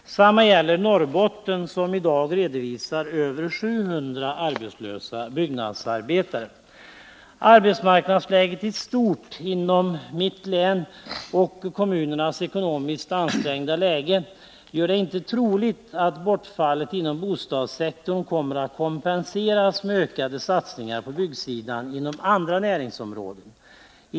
Detsamma gäller Norrbotten, där man i dag redovisar över 700 arbetslösa byggnadsarbetare. Arbetsmarknadsläget i stort inom mitt län och kommunernas ekonomiskt ansträngda läge gör det inte troligt att bortfallet inom bostadssektorn kommer att kompenseras med ökade satsningar på byggsidan inom andra näringsområden.